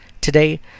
today